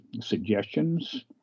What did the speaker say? suggestions